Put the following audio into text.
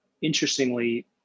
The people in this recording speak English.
interestingly